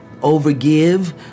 overgive